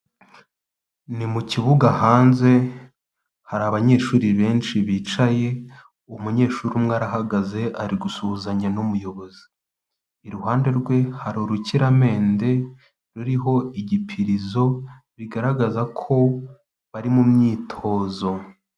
Ni mu kibuga hanze hari abanyeshuri benshi bicaye, umunyeshuri umwe arahagaze ari gusuhuzanya n'umuyobozi. Iruhande rwe hari urukiramende ruriho igipirizo bigaragaza ko bari mu myitozo.